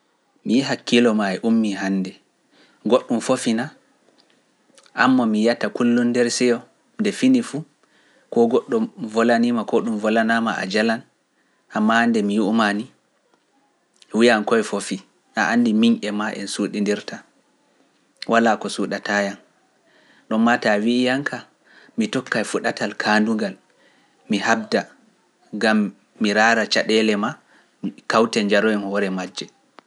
Mi yi'a hakkilo maa e ummii hande, goɗɗum foofi naa, amma mi yiyata kullon nder seyo nde fini fu, koo goɗɗum volaniima koo ɗum volanaama a jalan, hama nde mi yu'umaa ni, wuyanko e foofi, a anndi miin e maa en suuɗindirta, walaa ko suuɗata maa taa wiiyanka mi tokkay fuɗatal kaandugal mi habda gam mi raara caɗeele ma kawte njaroye hoore majje.